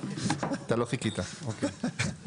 טוב,